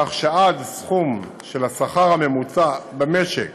כך שעד סכום השכר הממוצע במשק,